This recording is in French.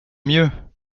mieux